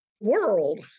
world